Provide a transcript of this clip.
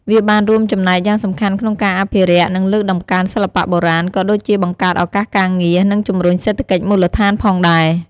វាបានរួមចំណែកយ៉ាងសំខាន់ក្នុងការអភិរក្ស និងលើកតម្កើងសិល្បៈបុរាណ ក៏ដូចជាបង្កើតឱកាសការងារ និងជំរុញសេដ្ឋកិច្ចមូលដ្ឋានផងដែរ។